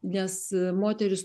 nes moterys